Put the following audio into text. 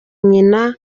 nyina